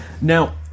Now